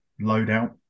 loadout